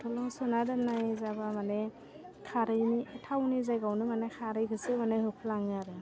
बथलाव सोना दोन्नाय जाबा माने खारैनि थावनि जायगायावनो माने खारैखौसो माने होफ्लाङो आरो